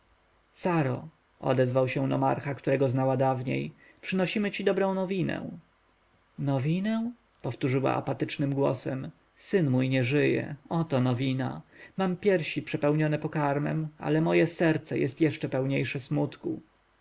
odezwał się nomarcha którego znała dawniej przynosimy ci dobrą nowinę nowinę powtórzyła apatycznym głosem syn mój nie żyje oto nowina mam piersi przepełnione pokarmem ale moje serce jest jeszcze pełniejsze smutku